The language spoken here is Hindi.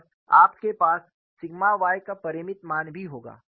और आपके पास सिग्मा y का परिमित मान भी होगा